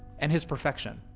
and his perfection.